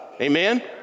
Amen